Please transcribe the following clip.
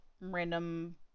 random